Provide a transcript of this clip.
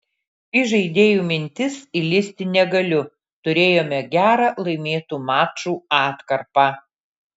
į žaidėjų mintis įlįsti negaliu turėjome gerą laimėtų mačų atkarpą